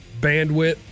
bandwidth